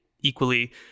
equally